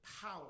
power